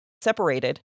separated